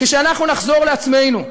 כשאנחנו נחזור לעצמנו,